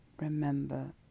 remember